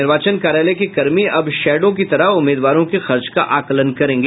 निर्वाचन कार्यालय के कर्मी अब शैडो की तरह उम्मीदवारों के खर्च का आंकलन करेगी